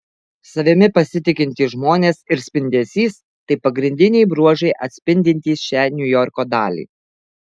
savimi pasitikintys žmonės ir spindesys tai pagrindiniai bruožai atspindintys šią niujorko dalį